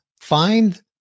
find